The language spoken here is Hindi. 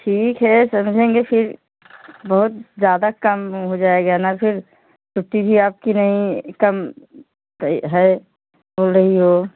ठीक है समझेंगे फिर बहुत ज़्यादा काम हो जाएगा ना फिर छुट्टी भी आपकी नहीं कम कई है बोल रही है वह